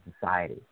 society